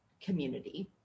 community